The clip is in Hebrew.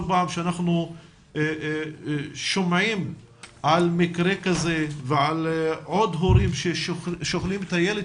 פעם שאנחנו שומעים על מקרה כזה ועל עוד הורים ששכלו את הילד